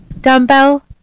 dumbbell